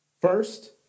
First